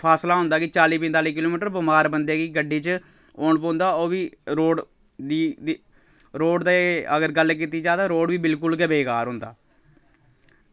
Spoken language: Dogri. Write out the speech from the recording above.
फासला होंदा कि चाली पंजताली किलोमीटर बमार बंदे गी गड्डी च औन पौंदा ओह् बी रोड दी दी रोड दे अगर गल्ल कीती जा ते रोड बी बिलकुल गै बेकार होंदा